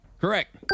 Correct